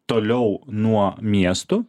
toliau nuo miestų